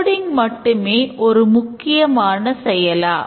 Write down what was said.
coding மட்டுமே ஒரு முக்கியமான செய்யலா